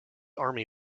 army